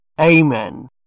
Amen